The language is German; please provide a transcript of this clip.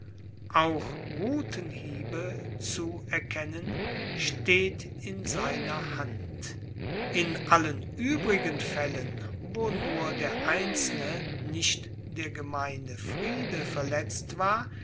auch rutenhiebe zu erkennen steht in seiner hand in allen uebrigen faellen wo nur der einzelne nicht der gemeine friede verletzt war